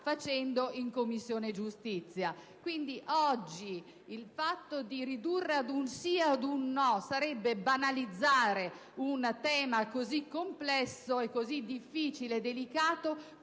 svolgendo in Commissione giustizia.